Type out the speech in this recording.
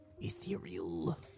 ethereal